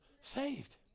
saved